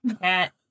cat